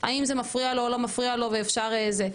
האם זה מפריע לו או לא מפריע לו ואפשר זה.